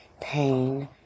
pain